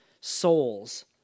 souls